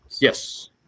Yes